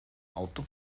auto